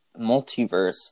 Multiverse